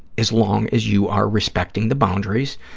as long as you are respecting the boundaries.